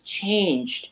changed